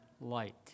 light